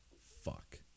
fuck